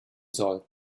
soll